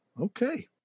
Okay